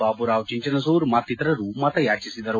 ಬಾಬುರಾವ್ ಚಿಂಚನಸೂರ್ ಮತ್ತಿತರರು ಮತಯಾಚನೆ ಮಾಡಿದರು